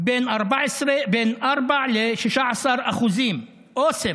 4% 16%. אסם,